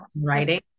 writing